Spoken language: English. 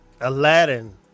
Aladdin